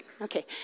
Okay